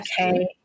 Okay